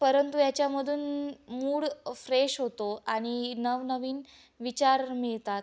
परंतु याच्यामधून mood fresh होतो आणि नवनवीन विचार मिळतात